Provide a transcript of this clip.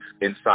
inside